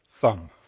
thumb